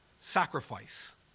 sacrifice